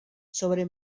sobre